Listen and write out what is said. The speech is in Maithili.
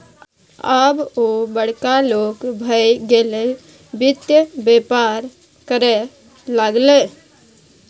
आब ओ बड़का लोग भए गेलै वित्त बेपार करय लागलै